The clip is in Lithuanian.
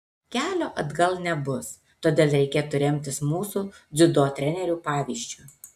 kelio atgal nebus todėl reikėtų remtis mūsų dziudo trenerių pavyzdžiu